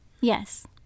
Yes